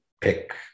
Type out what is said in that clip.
pick